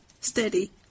steady